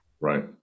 Right